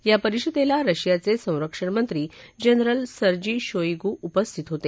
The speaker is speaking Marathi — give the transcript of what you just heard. या परिषदेला रशियाचे संरक्षणमंत्री जनरल सर्जी शोईगू उपस्थित होते